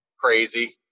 crazy